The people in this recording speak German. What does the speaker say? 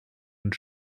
und